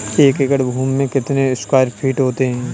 एक एकड़ भूमि में कितने स्क्वायर फिट होते हैं?